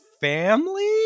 family